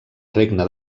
regne